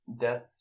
Death